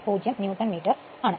0 newton meters ആണ്